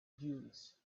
dunes